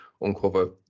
uncover